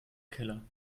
keller